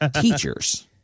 Teachers